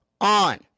ON